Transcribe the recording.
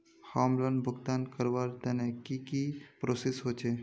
Home loan भुगतान करवार तने की की प्रोसेस होचे?